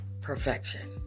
perfection